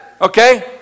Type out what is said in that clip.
okay